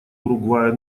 уругвая